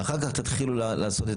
ואחר כך תתחילו לעשות,